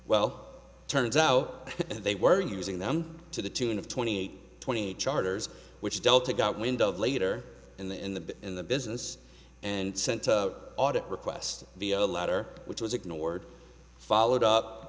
well turns out they were using them to the tune of twenty eight twenty charters which delta got wind of later in the in the business and sent to audit request via a letter which was ignored followed